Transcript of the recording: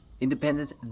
Independence